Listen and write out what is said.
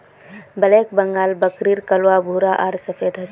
black Bengal बकरीर कलवा भूरा आर सफेद ह छे